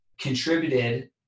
contributed